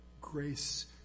grace